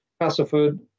castleford